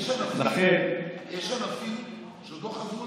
יש ענפים שעוד לא חזרו.